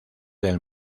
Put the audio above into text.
del